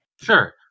sure